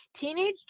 teenage